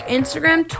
Instagram